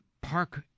Park